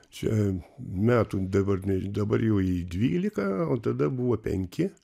čia metų dabar dabar jau jai dvylika o tada buvo penki